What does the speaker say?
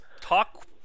talk